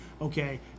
Okay